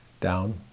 down